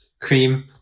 cream